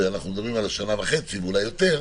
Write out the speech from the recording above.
ואנחנו מדברים על שנה וחצי ואולי יותר,